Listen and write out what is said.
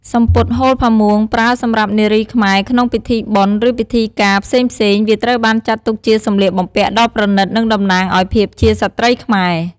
សំពត់ហូលផាមួងប្រើសម្រាប់នារីខ្មែរក្នុងពិធីបុណ្យ ឬពិធីការផ្សេងៗវាត្រូវបានចាត់ទុកជាសម្លៀកបំពាក់ដ៏ប្រណិត និងតំណាងឱ្យភាពជាស្រ្តីខ្មែរ។